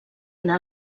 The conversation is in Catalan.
anar